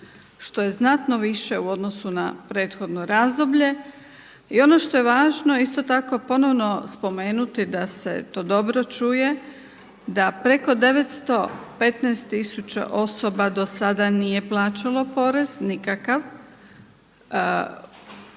što je znatno više u odnosu na prethodno razdoblje. I ono što je važno isto tako ponovno spomenuti da se to dobro čuje, da preko 915 tisuća osoba do sada nije plaćalo porez nikakav.